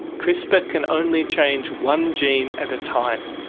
crispr can only change one gene at a time.